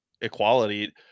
equality